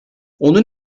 onun